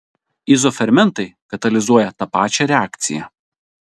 izofermentai katalizuoja tą pačią reakciją